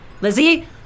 Lizzie